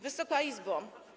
Wysoka Izbo!